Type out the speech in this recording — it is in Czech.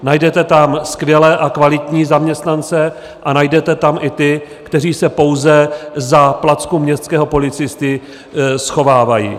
Najdete tam skvělé a kvalitní zaměstnance a najdete tam i ty, kteří se pouze za placku městského policisty schovávají.